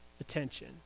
attention